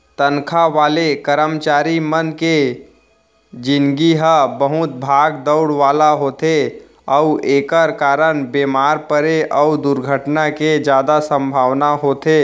तनखा वाले करमचारी मन के निजगी ह बहुत भाग दउड़ वाला होथे अउ एकर कारन बेमार परे अउ दुरघटना के जादा संभावना होथे